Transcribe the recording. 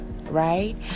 right